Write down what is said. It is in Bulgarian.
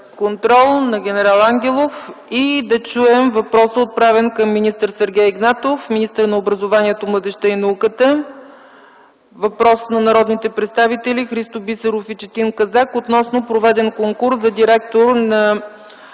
в парламентарния контрол. Да чуем въпроса, отправен към министър Сергей Игнатов – министър на образованието, младежта и науката. Въпросът е от народните представители Христо Бисеров и Четин Казак относно проведен конкурс за директор на